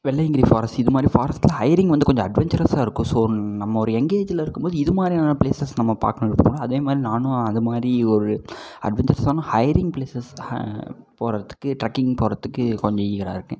Velliangiri forest இதுமாதிரி ஃபாரஸ்ட்டில் hiring வந்து கொஞ்சம் அட்வென்ச்சர்ஸாக இருக்கும் ஸோ நம்ம ஒரு எங் ஏஜில் இருக்கும்போது இதுமாதிரியான பிளேஸஸ் நம்ம பார்க்கணுங்கிறதுக்காக அதேமாதிரி நானும் அது மாதிரி ஒரு அட்வென்ச்சர்ஸான ஹையரிங் பிளேஸஸ் போகிறதுக்கு ட்ரக்கிங் போகிறதுக்கு கொஞ்சம் ஈகராக இருக்கேன்